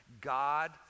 God